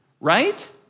right